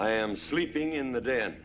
i am sleeping in the de